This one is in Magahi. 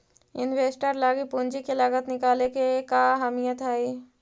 इन्वेस्टर लागी पूंजी के लागत निकाले के का अहमियत हई?